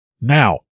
Now